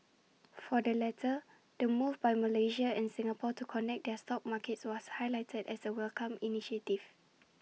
for the latter the move by Malaysia and Singapore to connect their stock markets was highlighted as A welcomed initiative